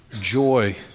Joy